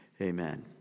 Amen